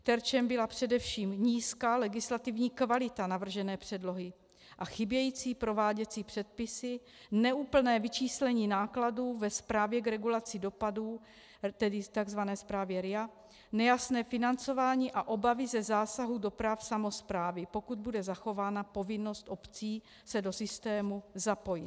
Terčem byla především nízká legislativní kvalita navržené předlohy a chybějící prováděcí předpisy, neúplné vyčíslení nákladů ve správě k regulaci dopadů, tedy tzv. zprávě RIA, nejasné financování a obavy ze zásahu do práv samosprávy, pokud bude zachována povinnost obcí se do systému zapojit.